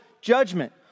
judgment